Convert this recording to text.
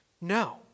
No